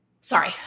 Sorry